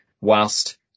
whilst